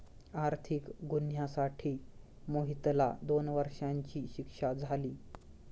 आर्थिक गुन्ह्यासाठी मोहितला दोन वर्षांची शिक्षा झाली